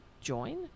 join